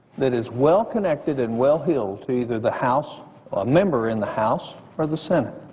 that is well connected and well heeled to either the house a member in the house or the senate.